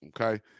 Okay